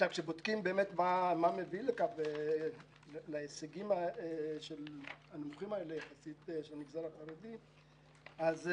כשבודקים מה מביא להישגים היחסית נמוכים של המגזר החרדי אז: